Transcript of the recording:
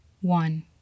one